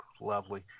Lovely